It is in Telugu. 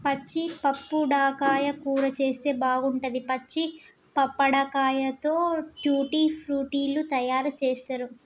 పచ్చి పప్పడకాయ కూర చేస్తే బాగుంటది, పచ్చి పప్పడకాయతో ట్యూటీ ఫ్రూటీ లు తయారు చేస్తారు